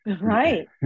Right